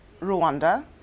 Rwanda